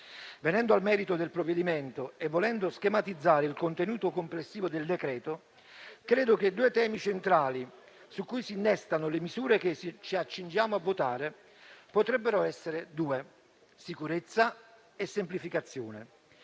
Venendo al merito del provvedimento e volendo schematizzare il contenuto complessivo del decreto, i temi centrali su cui si innestano le misure che ci accingiamo a votare potrebbero essere due: sicurezza e semplificazione.